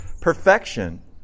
perfection